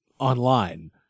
online